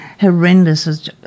horrendous